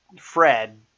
Fred